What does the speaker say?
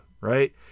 right